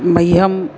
मह्यं